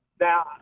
Now